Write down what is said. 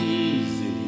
easy